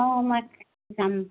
অঁ মই যাম